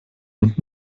und